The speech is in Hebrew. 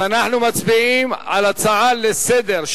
אז אנחנו מצביעים על הצעה לסדר-היום,